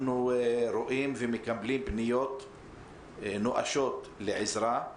אנחנו רואים ומקבלים פניות נואשות לעזרה.